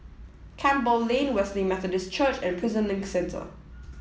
Campbell Lane Wesley Methodist Church and Prison Link Centre